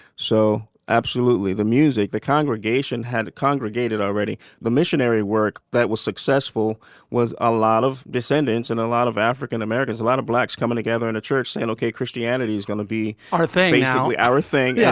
so absolutely. the music, the congregation had congregated already. the missionary work that was successful was a lot of descendents and a lot of african-americans, a lot of blacks coming together in a church saying, ok, christianity is going to be our thing. we our thing. yeah